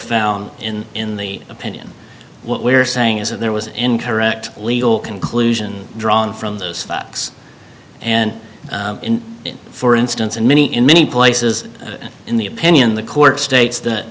found in in the opinion what we're saying is that there was an incorrect legal conclusion drawn from those facts and for instance in many in many places in the opinion the court states that